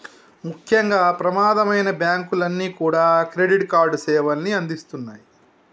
ముఖ్యంగా ప్రమాదమైనా బ్యేంకులన్నీ కూడా క్రెడిట్ కార్డు సేవల్ని అందిత్తన్నాయి